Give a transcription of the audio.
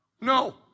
No